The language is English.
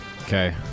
Okay